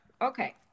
Okay